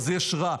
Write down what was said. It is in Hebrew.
אז יש רע.